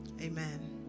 Amen